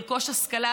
לרכוש השכלה,